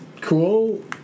cool